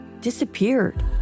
disappeared